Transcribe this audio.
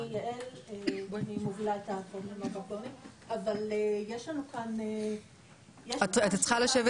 אני יעל ואני מובילה את --- את צריכה לשבת